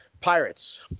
Pirates